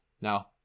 Now